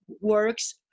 works